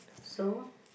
so